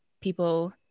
people